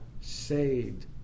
saved